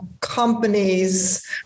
companies